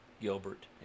Gilbert